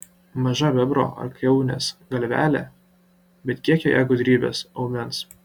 maža bebro ar kiaunės galvelė bet kiek joje gudrybės aumens